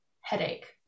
headache